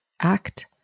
Act